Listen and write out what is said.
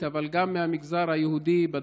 איננו,